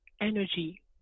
energy